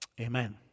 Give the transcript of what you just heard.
Amen